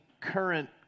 current